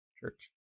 church